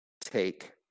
take